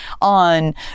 on